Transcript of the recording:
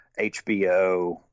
HBO